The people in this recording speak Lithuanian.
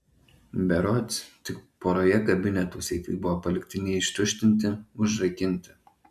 berods tik poroje kabinetų seifai buvo palikti neištuštinti užrakinti